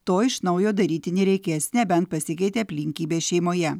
to iš naujo daryti nereikės nebent pasikeitė aplinkybės šeimoje